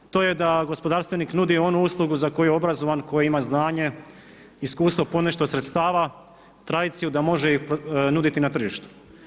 To je da gospodarstvenik nudi onu uslugu za koju je obrazovan, koji ima znanje, iskustvo, ponešto sredstava, tradiciju da može nuditi na tržištu.